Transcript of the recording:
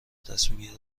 تصمیم